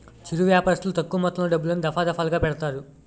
చిరు వ్యాపారస్తులు తక్కువ మొత్తంలో డబ్బులను, దఫాదఫాలుగా పెడతారు